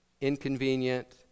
inconvenient